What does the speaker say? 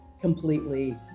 completely